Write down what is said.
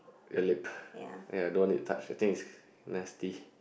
your lip ya don't want it to touch the thing is nasty